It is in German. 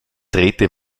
drehte